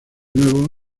nuevo